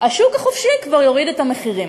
השוק החופשי כבר יוריד את המחירים.